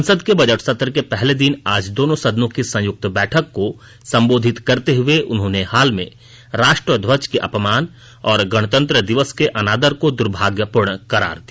संसद के बजट सत्र के पहले दिन आज दोनों सदनों की संयुक्त बैठक को संबोधित करते हुए उन्होंने हाल में राष्ट्र ध्वज के अपमान और गणतंत्र दिवस के अनादर को दुर्भाग्यंपूर्ण करार दिया